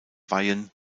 weihen